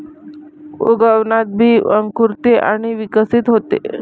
उगवणात बी अंकुरते आणि विकसित होते